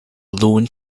loon